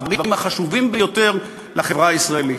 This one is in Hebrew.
בדברים החשובים ביותר לחברה הישראלית.